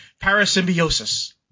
parasymbiosis